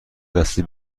دسترسی